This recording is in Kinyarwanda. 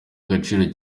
agaciro